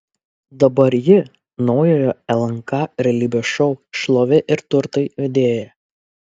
dabar ji naujojo lnk realybės šou šlovė ir turtai vedėja